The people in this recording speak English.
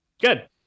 Good